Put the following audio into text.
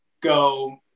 go